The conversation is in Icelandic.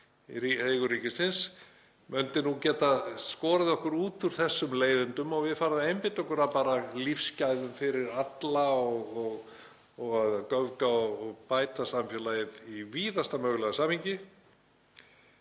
í eigu ríkisins, gæti nú skorið okkur út úr þessum leiðindum og við farið að einbeita okkur að lífsgæðum fyrir alla og að göfga og bæta samfélagið í víðasta mögulega samhengi.